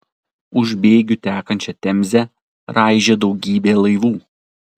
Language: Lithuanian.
už bėgių tekančią temzę raižė daugybė laivų